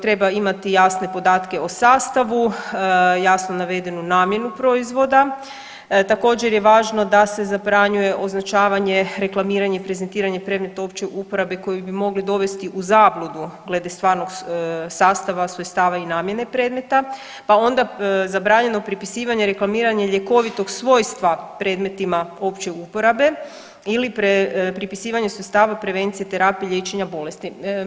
Treba imati jasne podatke o sastavu, jasno navedenu namjenu proizvoda, također, je važno da je zabranjuje označavanje, reklamiranje i prezentiranja predmeta opće uporabe koji bi mogli dovesti u zabludu glede stvarnog sastava, svojstava i namjene predmeta, pa onda zabranjeno prepisivanje, reklamiranje ljekovitog svojstva predmetima opće uporabe ili pripisivanje sredstava prevencije, terapije i liječenja bolesti.